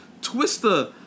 twister